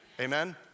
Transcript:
Amen